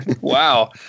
wow